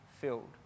filled